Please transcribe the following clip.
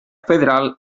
federal